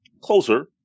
Closer